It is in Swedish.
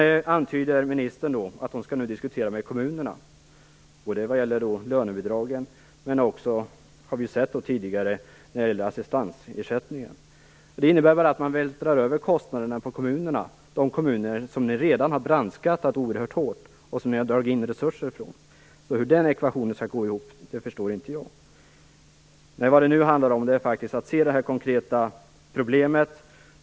Ministern antyder att hon nu skall diskutera med kommunerna vad gäller lönebidragen men också, vilket vi har hört tidigare, vad gäller assistansersättningen. Det innebär bara att man vältrar över kostnaderna på kommunerna; de kommuner som ni redan har brandskattat oerhört hårt och som ni har dragit in resurser från. Hur den ekvationen skall gå ihop förstår jag inte. Vad det nu handlar om är att se det konkreta problemet.